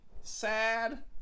sad